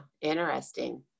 interesting